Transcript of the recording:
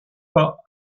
pas